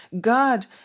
God